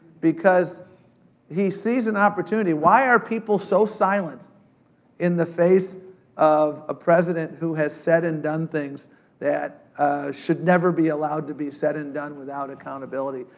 because he sees an opportunity. why are people so silent in the face of a president who has said and done things that should never be allowed to be said and done without accountability.